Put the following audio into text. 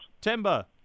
Timber